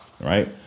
right